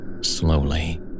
Slowly